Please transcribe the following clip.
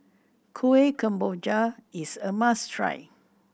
Kuih Kemboja is a must try